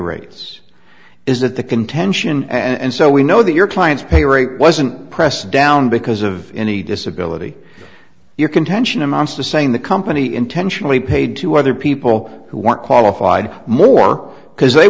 rates is that the contention and so we know that your clients pay rate wasn't pressed down because of any disability your contention amounts to saying the company intentionally paid to other people who weren't qualified more because they